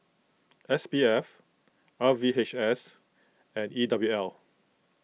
S P F R V H S and E W L